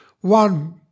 one